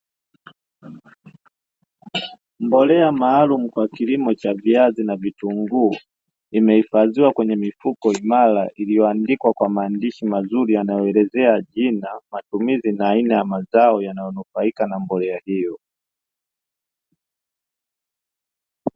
Mbolea maalumu kwa kilimo cha viazi na vitunguu, imehifadhiwa kwenye mifuko imara iliyoandikwa kwa maandishi mazuri yanayoelezea jina, matumizi na aina ya mazao yanayonufaika na mbolea hiyo.